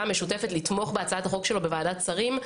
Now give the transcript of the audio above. המשותפת לתמוך בהצעת החוק שלו בוועדת שרים,